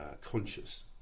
conscious